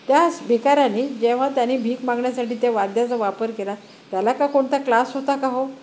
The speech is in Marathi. त्याच भिकाऱ्याने जेव्हा त्यानी भीक मागण्यासाठी त्या वाद्याचा वापर केला त्याला का कोणता क्लास होता का हो